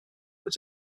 was